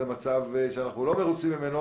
זה מצב שאנחנו לא מרוצים ממנו,